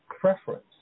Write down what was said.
preference